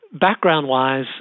Background-wise